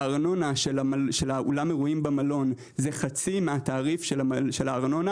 הארנונה של אולם האירועים במלון היא חצי מהתעריף של הארנונה.